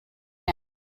out